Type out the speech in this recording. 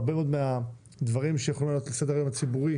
הרבה מאוד מהדברים שיכולים לעלות לסדר היום הציבורי